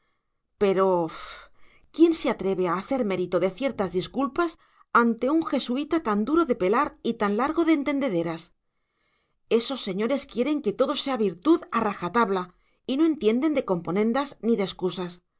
pero quién se atreve a hacer mérito de ciertas disculpas ante un jesuita tan duro de pelar y tan largo de entendederas esos señores quieren que todo sea virtud a raja tabla y no entienden de componendas ni de excusas